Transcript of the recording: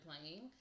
playing